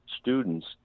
students